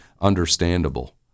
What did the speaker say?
understandable